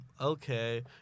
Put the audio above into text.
Okay